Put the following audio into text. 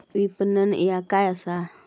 विपणन ह्या काय असा?